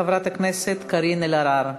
חברת הכנסת קארין אלהרר.